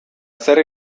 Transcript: zer